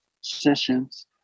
sessions